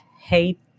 hate